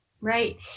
Right